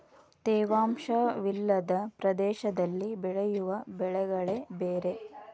ತೇವಾಂಶ ವಿಲ್ಲದ ಪ್ರದೇಶದಲ್ಲಿ ಬೆಳೆಯುವ ಬೆಳೆಗಳೆ ಬೇರೆ